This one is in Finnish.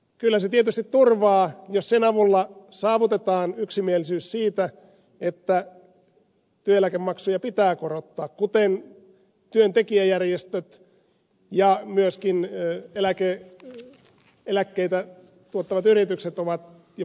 kyllä tietysti turvaavat jos niiden avulla saavutetaan yksimielisyys siitä että työeläkemaksuja pitää korottaa kuten työntekijäjärjestöt ja myöskin eläkkeitä tuottavat yritykset ovat jo pitkään vaatineet